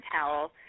towel